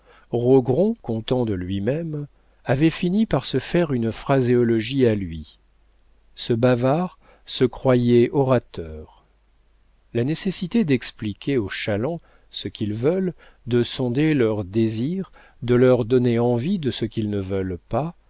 rogron content de lui-même avait fini par se faire une phraséologie à lui ce bavard se croyait orateur la nécessité d'expliquer aux chalands ce qu'ils veulent de sonder leurs désirs de leur donner envie de ce qu'ils ne veulent pas